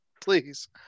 please